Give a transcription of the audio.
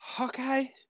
okay